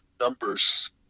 numbers